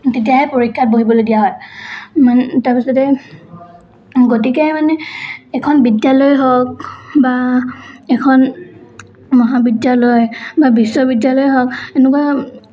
তেতিয়াহে পৰীক্ষাত বহিবলৈ দিয়া হয় মানে তাৰ পাছতে গতিকে মানে এখন বিদ্যালয় হওক বা এখন মহাবিদ্যালয় বা বিশ্ববিদ্যালয় হওক এনেকুৱা